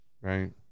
right